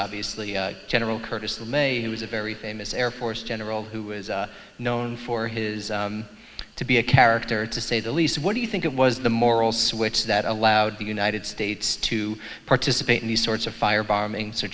obviously a general curtis lemay who is a very famous air force general who is known for his to be a character to say the least what do you think it was the moral switch that allowed the united states to participate in these sorts of fire bombings or